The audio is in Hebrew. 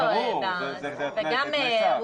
זה ברור, זה תנאי סף.